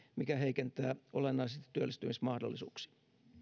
mikä heikentää olennaisesti työllistymismahdollisuuksia